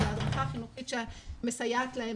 שההדרכה החינוכית שמסייעת להם,